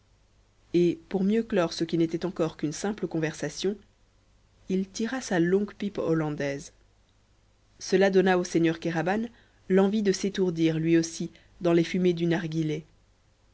et pour mieux clore ce qui n'était encore qu'une simple conversation il tira sa longue pipe hollandaise cela donna au seigneur kéraban l'envie de s'étourdir lui aussi dans les fumées du narghilé